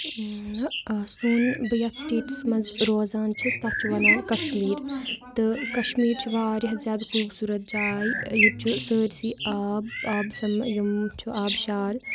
سون بہٕ یَتھ سِٹیٹَس منٛز روزان چھَس تَتھ چھِ وَنان کَشمیٖر تہٕ کَشمیٖر چھِ واریاہ زیادٕ خوٗبصوٗرت جاے ییٚتہِ چھُ سٲرسٕے آب آب سَم یِم چھُ آبشار